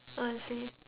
I see